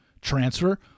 transfer